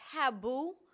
taboo